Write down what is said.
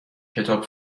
کتاب